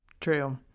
True